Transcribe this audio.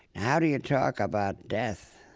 how do you talk about death?